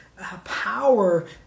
power